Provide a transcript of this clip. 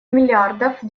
миллиардов